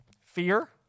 Fear